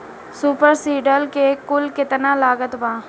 Super seeder के कुल लागत केतना बा?